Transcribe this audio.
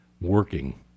working